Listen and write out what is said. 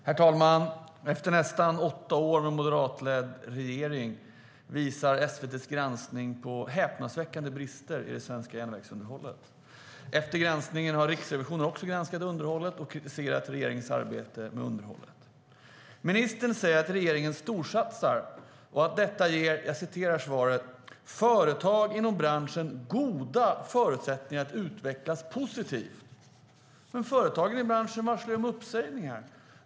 Herr talman! Efter nästan åtta år med moderatledd regering visar SVT:s granskning på häpnadsväckande brister i det svenska järnvägsunderhållet. Efter granskningen har även Riksrevisionen granskat underhållet och kritiserat regeringens arbete. Ministern säger att regeringen storsatsar, och att detta "ger företag inom branschen goda förutsättningar att utvecklas positivt". Men företagen i branschen varslar ju om uppsägningar.